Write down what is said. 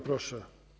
Proszę.